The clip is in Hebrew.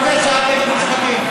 ואני מקווה שאת נגד מושחתים.